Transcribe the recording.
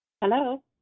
Hello